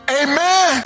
amen